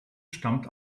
stammt